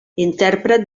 intèrpret